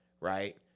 right